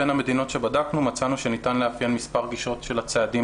בין המדינות שבדקנו מצאנו שניתן לאפיין מספר גישות של הצעדים